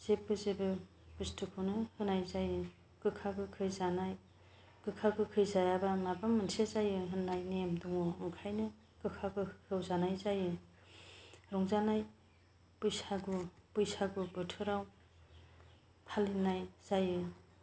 जेबो जेबो बुस्तुखौनो होनाय जायो गोखा गोखै जानाय गोखा गोखै जायाबा माबा मोनसे जायो होननाय नेम दङ ओंखायनो गोखा गोखैखौ जानाय जायो रंजानाय बैसागु बैसागु बोथोराव फालिनाय जायो